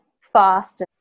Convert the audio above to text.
fast